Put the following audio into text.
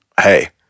Hey